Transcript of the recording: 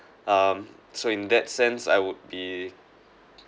um so in that sense I would be